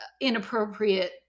inappropriate